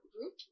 group